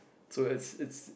so it's it's